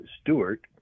Stewart